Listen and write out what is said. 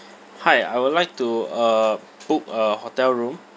hi I would like to uh book a hotel room